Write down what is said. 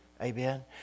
Amen